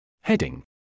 Heading